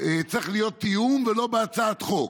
צריך להיות תיאום, לא בהצעת חוק".